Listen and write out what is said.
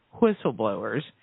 whistleblowers